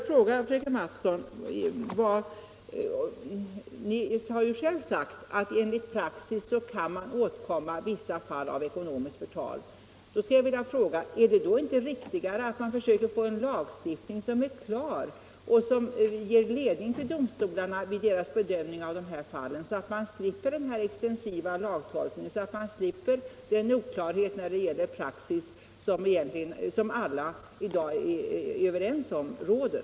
Fröken Mattson har själv sagt att man genom att handla efter praxis kan komma åt vissa fall av ekonomiskt förtal. Jag vill då fråga om det inte är riktigare att man försöker få en lagstiftning som är helt klar och som ger ledning för domstolarna vid deras bedömning av de här fallen, så att vi slipper denna extensiva lagtolkning och den oklarhet när det gäller praxis som alla i dag är överens om råder.